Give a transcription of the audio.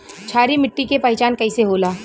क्षारीय मिट्टी के पहचान कईसे होला?